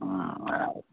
हूँ